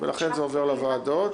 ולכן זה עובר לוועדות.